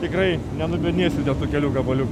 tikrai nenubiednėsi dėl kelių gabaliu